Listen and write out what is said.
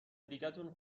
دیگتون